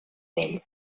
vell